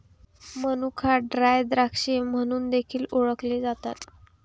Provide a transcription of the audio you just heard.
मनुका ड्राय द्राक्षे म्हणून देखील ओळखले जातात